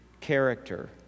character